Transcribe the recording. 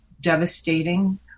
devastating